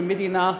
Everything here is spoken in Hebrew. כמדינה,